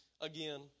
Again